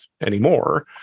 anymore